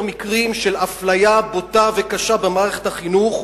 מקרים של אפליה בוטה וקשה במערכת החינוך,